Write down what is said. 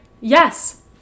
Yes